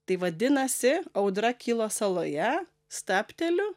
tai vadinasi audra kilo saloje stabteliu